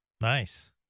Nice